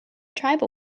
tribal